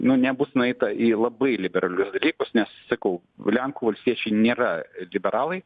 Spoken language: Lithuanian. nu nebus nueita į labai liberalius dalykus nes sakau lenkų valstiečiai nėra liberalai